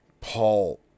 Paul